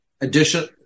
additional